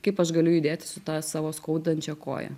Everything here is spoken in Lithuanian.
kaip aš galiu judėti su ta savo skaudančia koja